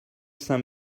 saint